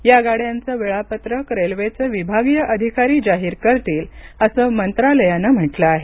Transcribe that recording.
या गाड्यांचं वेळापत्रक रेल्वेचे विभागीय अधिकारी जाहीर करतील असं मंत्रालयानं म्हटलं आहे